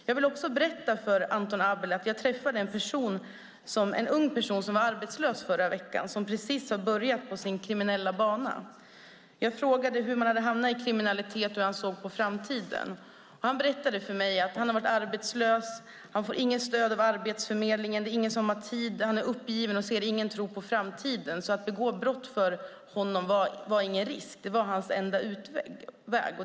Jag vill också berätta för Anton Abele att jag träffade en ung person som var arbetslös förra veckan. Han hade precis börjat sin kriminella bana. Jag frågade hur han hade hamnat i kriminalitet och hur han såg på framtiden. Han berättade för mig att han hade varit arbetslös. Han får inget stöd av Arbetsförmedlingen. Det är ingen som har tid. Han är uppgiven och har ingen tro på framtiden. Att begå brott var för honom ingen risk. Det var hans enda utväg.